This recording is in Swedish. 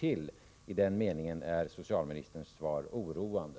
I den meningen är socialministerns svar oroande.